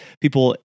people